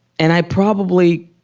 and i probably,